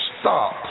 stop